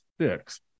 six